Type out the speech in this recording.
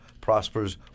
prospers